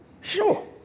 Sure